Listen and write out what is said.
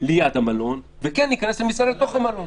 ליד המלון וכן להיכנס למסעדה בתוך המלון.